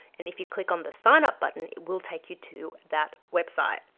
and if you click on the sign-up button it will take you to that website.